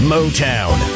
Motown